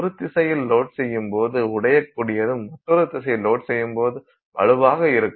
ஒரு திசையில் லோட் செய்யும் போது உடையக்கூடியதும் மற்றொரு திசையில் லோட் செய்யும் போது வலுவாகவும் இருக்கும்